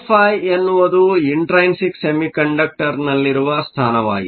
EFi ಎನ್ನುವುದು intrinsic ಸೆಮಿಕಂಡಕ್ಟರ್ನಲ್ಲಿರುವ ಸ್ಥಾನವಾಗಿದೆ